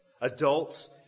adults